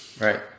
Right